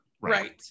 Right